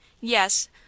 Yes